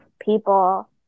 people